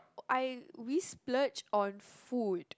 I we splurge on food